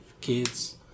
kids